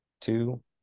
two